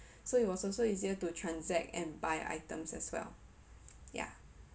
so it was also easier to transact and buy items as well ya